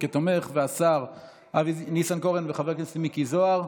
כתומך ושל השר אבי ניסנקורן וחבר הכנסת מיקי זוהר,